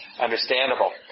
understandable